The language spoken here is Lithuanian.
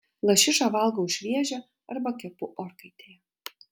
lašišą valgau šviežią arba kepu orkaitėje